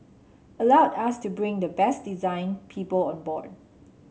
allowed us to bring the best design people on board